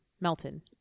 Melton